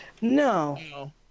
No